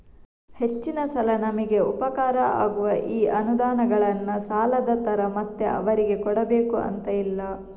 ಹೆಚ್ಚಿನ ಸಲ ನಮಿಗೆ ಉಪಕಾರ ಆಗುವ ಈ ಅನುದಾನಗಳನ್ನ ಸಾಲದ ತರ ಮತ್ತೆ ಅವರಿಗೆ ಕೊಡಬೇಕು ಅಂತ ಇಲ್ಲ